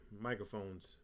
Microphones